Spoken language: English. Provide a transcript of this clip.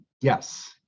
yes